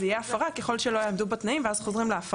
בניגוד להוראות סעיף 1 לתקנה האמורה.